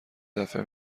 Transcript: دفه